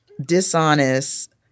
dishonest